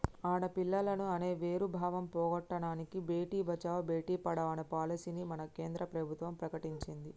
ఆడపిల్లలు అనే వేరు భావం పోగొట్టనని భేటీ బచావో బేటి పడావో అనే పాలసీని మన కేంద్ర ప్రభుత్వం ప్రకటించింది